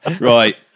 Right